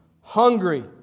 hungry